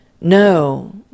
no